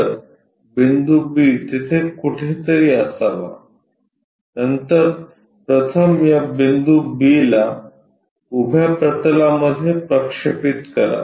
तर बिंदू B तिथे कुठेतरी असावा नंतर प्रथम या बिंदू B ला उभ्या प्रतलामध्ये प्रक्षेपित करा